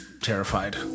terrified